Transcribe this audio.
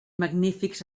magnífics